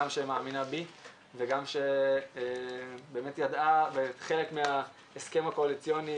גם שמאמינה בי וגם שכחלק מההסכם הקואליציוני